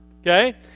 Okay